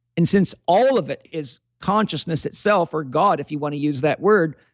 and since all of it is consciousness itself, or god, if you want to use that word,